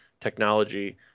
Technology